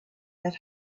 that